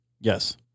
Yes